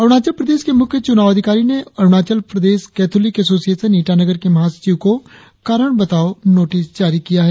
अरुणाचल प्रदेश के मुख्य चुनाव अधिकारी ने अरुणाचल प्रदेश कैथोलिक एसोसियेशन ईटानगर के महासचिव को कारण बताओं नोटिस जारी किया है